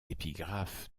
épigraphe